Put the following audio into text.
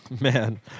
Man